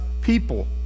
people